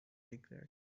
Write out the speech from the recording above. regrets